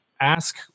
ask